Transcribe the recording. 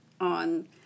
on